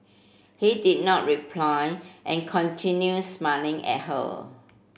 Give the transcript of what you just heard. he did not reply and continued smiling at her